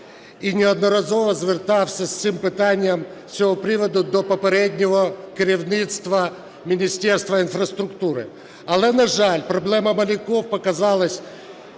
і неодноразово звертався з цим питанням з цього приводу до попереднього керівництва Міністерства інфраструктури. Але, на жаль, проблема моряків показала…